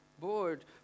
bored